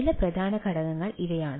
ചില പ്രധാന ഘടകങ്ങൾ ഇവയാണ്